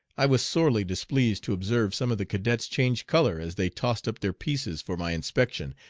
i was sorely displeased to observe some of the cadets change color as they tossed up their pieces for my inspection,